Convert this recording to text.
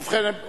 ובכן,